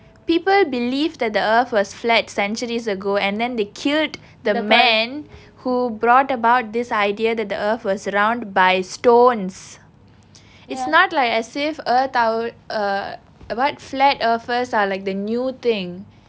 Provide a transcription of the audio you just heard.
people believe that the earth was flat centuries ago and then they killed the man who brought about this idea that the earth were surrounded by stones it's not like as if earth I would uh what flat earthers are like the new thing